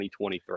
2023